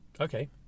okay